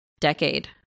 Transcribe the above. decade